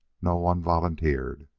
no one volunteered.